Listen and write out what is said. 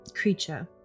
creature